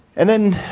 and then,